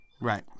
Right